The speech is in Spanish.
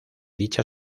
dicha